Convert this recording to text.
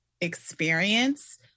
experience